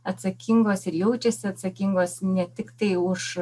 atsakingos ir jaučiasi atsakingos ne tiktai už